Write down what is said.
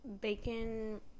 bacon